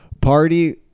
Party